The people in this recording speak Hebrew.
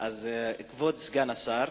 כבוד סגן השר,